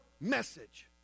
message